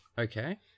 okay